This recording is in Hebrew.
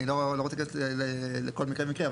אני לא רוצה להיכנס לכל מקרה ומקרה,